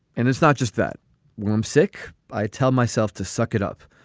and it's not just that when i'm sick, i tell myself to suck it up.